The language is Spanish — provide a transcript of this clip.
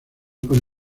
para